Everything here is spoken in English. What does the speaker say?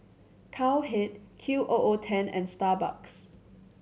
Cowhead Q O O Ten and Starbucks